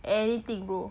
anything bro